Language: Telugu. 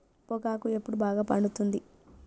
పొగాకు ఎప్పుడు బాగా పండుతుంది?